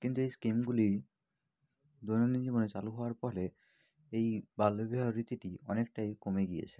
কিন্তু এই স্কিমগুলি দৈনন্দিন জীবনে চালু হওয়ার ফলে এই বাল্যবিবাহ রীতিটি অনেকটাই কমে গিয়েছে